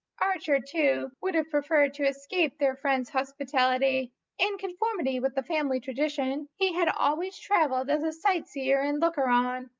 archer too would have preferred to escape their friends' hospitality in conformity with the family tradition he had always travelled as a sight-seer and looker-on,